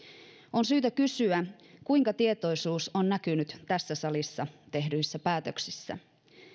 on syytä kysyä kuinka tietoisuus on näkynyt tässä salissa tehdyissä päätöksissä